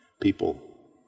people